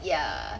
ya